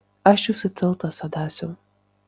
aš jūsų tiltas adasiau